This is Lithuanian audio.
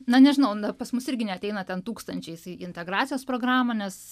na nežinau na pas mus irgi neateina ten tūkstančiais į integracijos programą nes